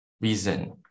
reason